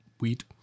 wheat